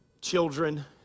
children